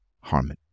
harmony